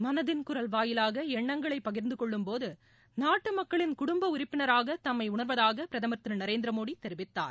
மனதின் குரல் வாயிலாக எண்ணங்களை பகிர்ந்து கொள்ளும் போது நாட்டு மக்களின் குடும்ப உறுப்பினராக தம்மை உணர்வதாக பிரதமர் திரு நரேந்திர மோடி தெரிவித்தார்